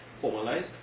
formalized